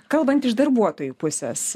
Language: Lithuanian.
kalbant iš darbuotojų pusės